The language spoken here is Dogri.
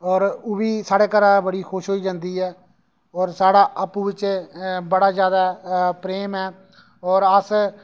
और ओह् बी साढ़े घरा बड़ी खुश होइयै जंदी ऐ और साढ़ा आपूं बिच्चे बड़ा जैदा प्रेम ऐ और अस